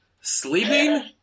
sleeping